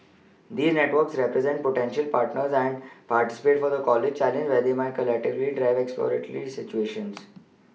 these networks represent potential partners and participants for the college challenge where they may collectively drive exploratory solutions